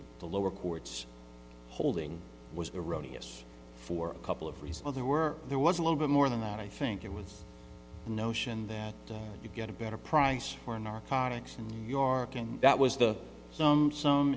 that the lower court's holding was erroneous for a couple of reasons there were there was a little bit more than that i think it was the notion that don't you get a better price for narcotics in new york and that was the some some